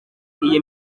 iyi